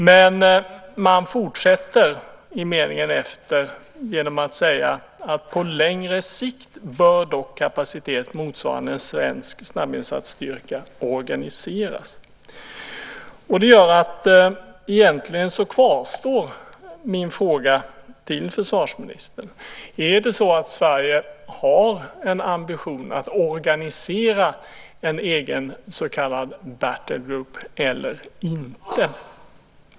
Men redan i den följande meningen sägs att "på längre sikt bör kapacitet motsvarande en svensk snabbinsatsstyrka organiseras". Detta medför att min fråga till försvarsministern kvarstår: Har Sverige en ambition att organisera en egen så kallad battle group eller inte?